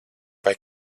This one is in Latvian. vai